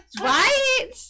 Right